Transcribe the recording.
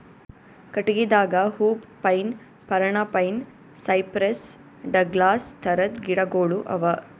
ಕಟ್ಟಗಿದಾಗ hoop pine, Parana pine, cypress, Douglas ಥರದ್ ಗಿಡಗೋಳು ಅವಾ